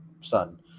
son